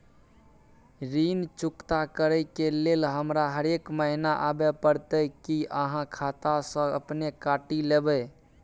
ऋण चुकता करै के लेल हमरा हरेक महीने आबै परतै कि आहाँ खाता स अपने काटि लेबै?